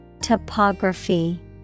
Topography